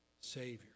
Savior